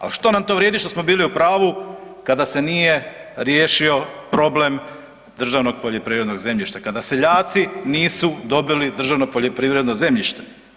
Ali što nam to vrijedi što smo bili u pravu kada se nije riješio problem državnog poljoprivrednog zemljišta, kada seljaci nisu dobili državno poljoprivredno zemljište.